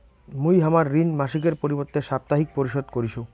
মুই হামার ঋণ মাসিকের পরিবর্তে সাপ্তাহিক পরিশোধ করিসু